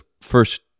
first